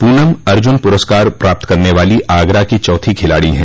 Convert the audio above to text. पूनम अर्जुन पुरस्कार प्राप्त करने वाली आगरा की चौथी खिलाड़ी हैं